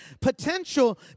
Potential